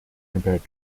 compared